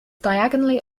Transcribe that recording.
diagonally